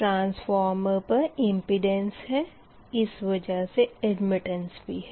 transformer पर impedance है इस वजह से अडमिटेंस भी है